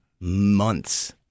months